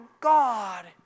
God